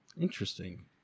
Interesting